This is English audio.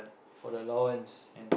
for the allowance